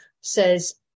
says